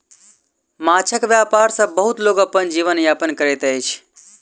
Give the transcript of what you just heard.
माँछक व्यापार सॅ बहुत लोक अपन जीवन यापन करैत अछि